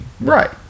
Right